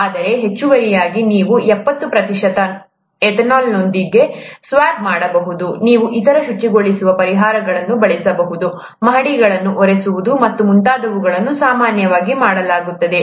ಆದರೆ ಹೆಚ್ಚುವರಿಯಾಗಿ ನೀವು ಎಪ್ಪತ್ತು ಪ್ರತಿಶತ ಎಥೆನಾಲ್ನೊಂದಿಗೆ ಸ್ವ್ಯಾಬ್ ಮಾಡಬಹುದು ನೀವು ಇತರ ಶುಚಿಗೊಳಿಸುವ ಪರಿಹಾರಗಳನ್ನು ಬಳಸಬಹುದು ಮಹಡಿಗಳನ್ನು ಒರೆಸುವುದು ಮತ್ತು ಮುಂತಾದವುಗಳನ್ನು ಸಾಮಾನ್ಯವಾಗಿ ಮಾಡಲಾಗುತ್ತದೆ